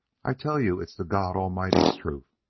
i tell you it's the god almighty's truth.